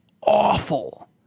awful